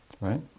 right